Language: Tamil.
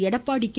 எடப்பாடி கே